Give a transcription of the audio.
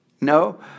No